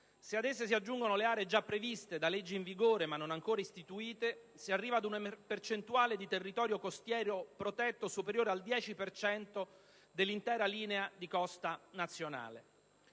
Se ad esse si aggiungono le aree già previste da leggi in vigore ma non ancora istituite, si arriva ad una percentuale di territorio costiero protetto superiore al 10 per cento dell'intera linea di costa nazionale.